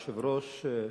היושב-ראש,